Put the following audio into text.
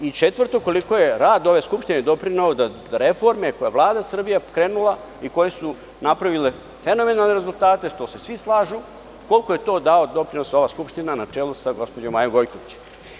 I četvrto, koliko je rad ove Skupštine doprineo da reforme koje je Vlada Srbije pokrenula i koje su napravile fenomenalne rezultate, što se svi slažu, koliko je to dala doprinos ova Skupština na čelu sa gospođom Majom Gojković?